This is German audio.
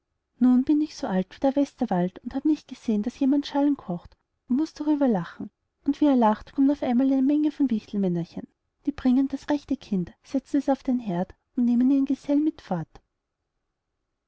nun bin ich so alt wie der westerwald und hab nicht gesehen daß jemand in schalen kocht und muß darüber lachen und wie er lacht kommt auf einmal eine menge von wichtelmännerchen die bringen das rechte kind setzen es auf den heerd und nehmen ihren gesellen mit fort